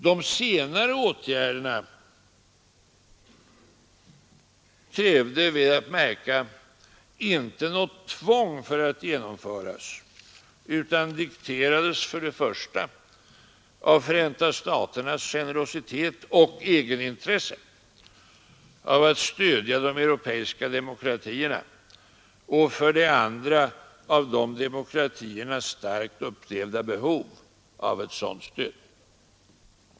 De senare åtgärderna krävde, väl att märka, inte något tvång för att genomföras, utan dikterades för det första av Förenta staternas generositet och egenintresse av att stödja de europeiska demokratierna och för det andra av de demokratiernas starkt upplevda behov av ett sådant stöd.